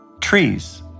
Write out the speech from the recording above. trees